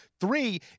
Three